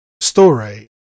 story